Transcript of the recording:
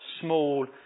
small